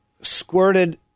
squirted